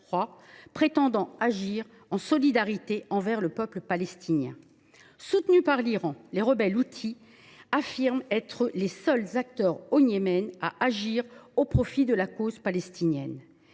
prétendant agir par solidarité avec le peuple palestinien. Soutenus par l’Iran, ils affirment être les seuls acteurs au Yémen à opérer au profit de la cause palestinienne.